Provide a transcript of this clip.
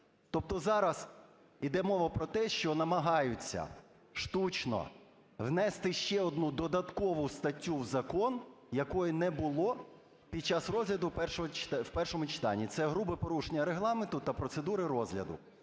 Тобто зараз йде мова про те, що намагаються штучно внести ще одну додаткову статтю в закон, якої не було під час розгляду в першому читанні. Це – грубе порушення регламенту та процедури розгляду.